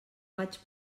vaig